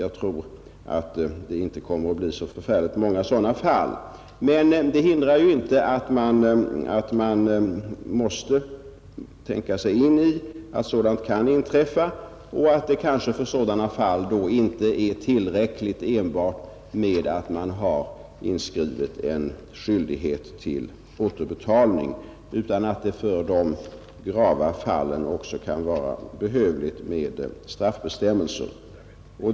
Jag tror inte att det kommer att bli så förfärligt många sådana fall. Men det hindrar ju inte att man måste förutsätta att sådant kan inträffa och att det i sådana fall kanske inte är tillräckligt med återbetalningsskyldighet, utan att det för dessa grava fall kan vara behövligt med straffbestämmelser.